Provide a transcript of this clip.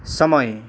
समय